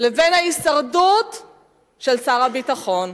לבין ההישרדות של שר הביטחון.